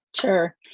sure